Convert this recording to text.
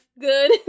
good